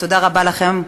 ותודה לכם,